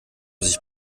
sich